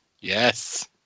Yes